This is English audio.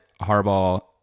Harbaugh